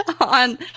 on